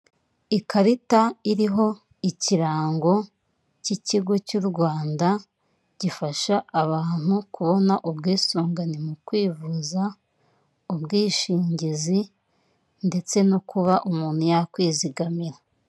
Ikarita iriho ikirango cy'ikigo cy'u Rwanda gifasha abantu kubona ubwisungane mu kwivuza, ubwishingizi, ndetse no kuba umuntu yakwizigamira.